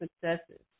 successes